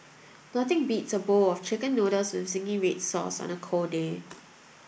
nothing beats a bowl of chicken noodles with zingy red sauce on a cold day